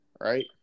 Right